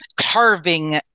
carving